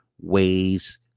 ways